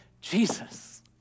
Jesus